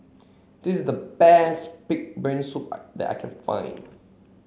this the best pig brain soup that I can find